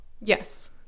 yes